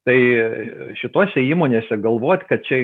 tai šitose įmonėse galvot kad čia